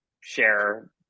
share